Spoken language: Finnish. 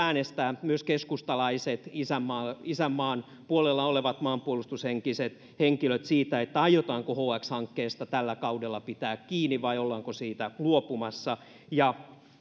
äänestää myös keskustalaiset isänmaan isänmaan puolella olevat maanpuolustushenkiset henkilöt myös siitä aiotaanko hx hankkeesta tällä kaudella pitää kiinni vai ollaanko siitä luopumassa ja